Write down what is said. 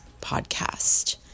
podcast